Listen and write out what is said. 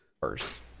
First